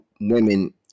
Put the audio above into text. women